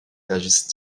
réagissent